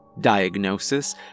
Diagnosis